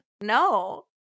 No